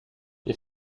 wir